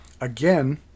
Again